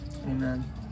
Amen